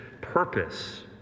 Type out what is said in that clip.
purpose